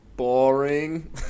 Boring